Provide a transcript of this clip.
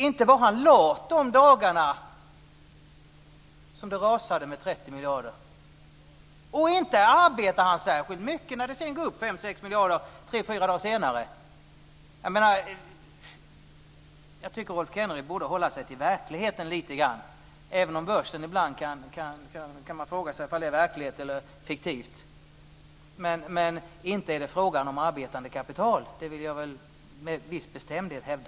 Inte var han lat de dagarna som värdet rasade med 30 miljarder, och inte arbetar han särskilt mycket mera när värdet sedan går upp 5 Jag tycker att Rolf Kenneryd borde hålla sig till verkligheten, även om man kan fråga sig om händelserna på börsen är verkliga eller fiktiva. Men inte är det fråga om arbetande kapital, det vill jag med viss bestämdhet hävda.